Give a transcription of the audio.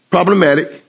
Problematic